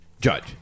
judge